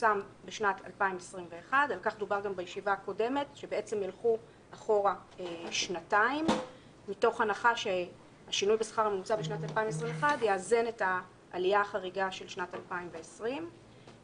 שפורסם בשנת 2021. ביצוע4.